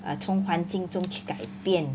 err 从环境中去改变